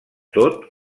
tot